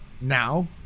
now